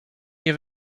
nie